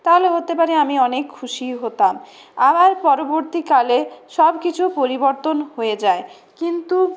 তাহলে হতে পারে আমি অনেক খুশি হতাম আবার পরবর্তীকালে সবকিছু পরিবর্তন হয়ে যায় কিন্তু